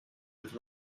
with